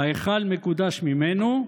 ההיכל מקודש ממנו,